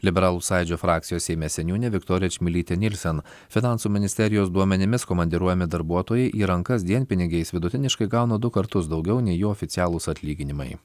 liberalų sąjūdžio frakcijos seime seniūnė viktorija čmilytė nielsen finansų ministerijos duomenimis komandiruojami darbuotojai į rankas dienpinigiais vidutiniškai gauna du kartus daugiau nei jų oficialūs atlyginimai